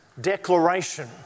declaration